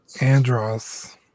Andros